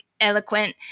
eloquent